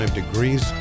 degrees